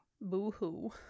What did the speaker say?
Boo-hoo